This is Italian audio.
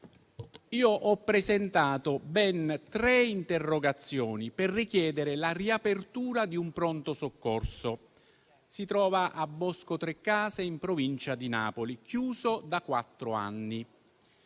Ho presentato ben tre interrogazioni per richiedere la riapertura di un pronto soccorso, che si trova a Boscotrecase, in provincia di Napoli, chiuso da quattro anni.